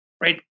right